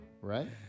right